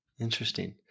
interesting